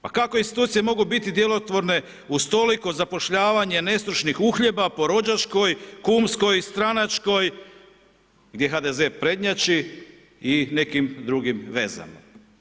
Pa kako institucije mogu biti djelotvorne uz toliko zapošljavanje nestručnih uhljeba po rođačkoj, kumskoj, stranačkoj, gdje HDZ prednjači i nekim drugim vezama?